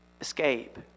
escape